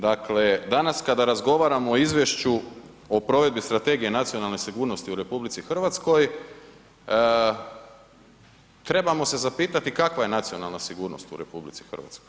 Dakle, danas kada razgovaramo o izvješću o provedbi strategije nacionalne sigurnosti u RH, trebamo se zapitati kakva je nacionalna sigurnost u RH.